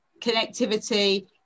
Connectivity